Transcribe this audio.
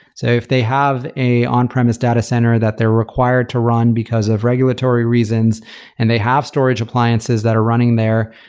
so if they have an on-premise data center that they're required to run because of regulatory reasons and they have storage appliances that are running there.